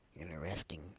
Interesting